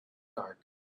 dark